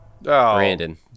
Brandon